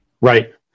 Right